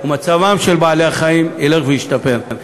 מצבם של בעלי-החיים ילך וישתפר.